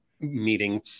meeting